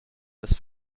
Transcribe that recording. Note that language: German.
das